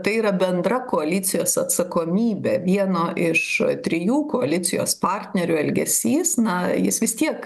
tai yra bendra koalicijos atsakomybė vieno iš trijų koalicijos partnerių elgesys na jis vis tiek